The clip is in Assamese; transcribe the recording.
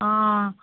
অঁ